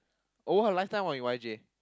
oh her life time was in Y_J